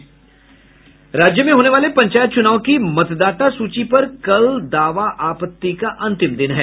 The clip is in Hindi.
राज्य में होने वाले पंचायत च्रनाव की मतदाता सूची पर कल दावा आपत्ति का अंतिम दिन है